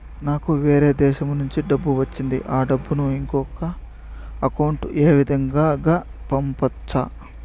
నాకు వేరే దేశము నుంచి డబ్బు వచ్చింది ఆ డబ్బును ఇంకొక అకౌంట్ ఏ విధంగా గ పంపొచ్చా?